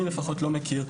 אני לפחות לא מכיר.